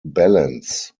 balance